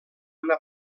una